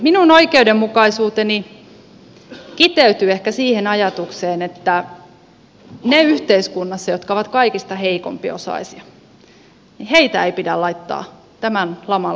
minun oikeudenmukaisuuteni kiteytyy ehkä siihen ajatukseen että yhteiskunnassa niitä jotka ovat kaikista heikko osaisimpia ei pidä laittaa tämän laman maksumiehiksi